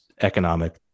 economic